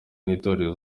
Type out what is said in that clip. n’itorero